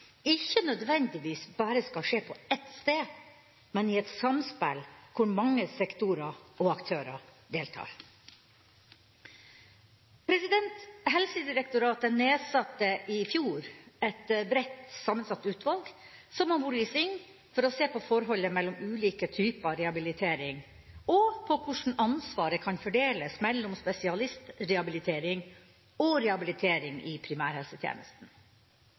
ikke nødvendigvis bare skal skje på ett sted, men i et samspill hvor mange sektorer og aktører deltar. Helsedirektoratet nedsatte i fjor et bredt sammensatt utvalg som har vært i sving for å se på forholdet mellom ulike typer rehabilitering og hvordan ansvaret kan fordeles mellom spesialistrehabilitering og rehabilitering i primærhelsetjenesten.